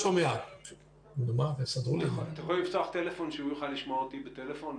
אתם יכולים לפתוח טלפון כך שהוא יוכל לשמוע אותי בטלפון,